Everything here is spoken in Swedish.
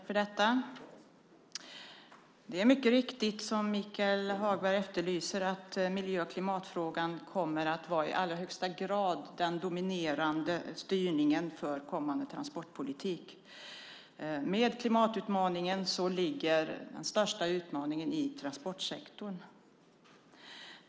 Fru talman! Det är mycket riktigt så, som Michael Hagberg efterlyser, att miljö och klimatfrågan i allra högsta grad kommer att utgöra den dominerande styrningen för kommande transportpolitik. Klimatutmaningen är en av de största utmaningarna för transportsektorn.